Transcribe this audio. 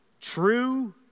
true